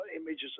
images